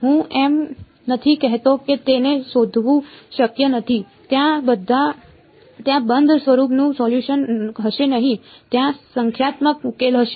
હું એમ નથી કહેતો કે તેને શોધવું શક્ય નથી ત્યાં બંધ સ્વરૂપનું સોલ્યુશન હશે નહીં ત્યાં સંખ્યાત્મક ઉકેલ હશે